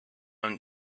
own